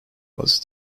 was